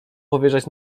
powierzać